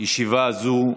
16:00.